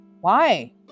Why